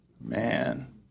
Man